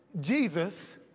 Jesus